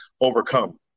overcome